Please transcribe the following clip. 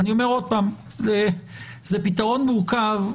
זה פתרון מורכב.